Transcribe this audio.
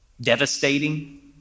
devastating